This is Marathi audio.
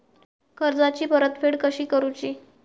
कर्जाची परतफेड कशी करूची?